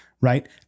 right